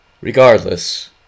Regardless